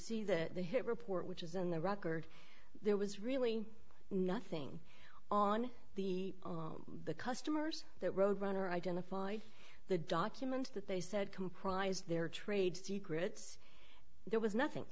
see the report which is in the record there was really nothing on the the customers that roadrunner identified the documents that they said comprised their trade secrets there was nothing